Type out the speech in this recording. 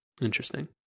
Interesting